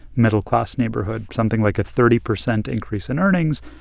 middle-class neighborhood something like a thirty percent increase in earnings,